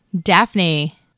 Daphne